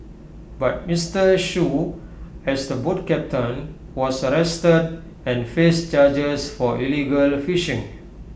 but Mister Shoo has the boat captain was arrested and faced charges for illegal fishing